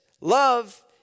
Love